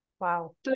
Wow